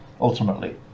ultimately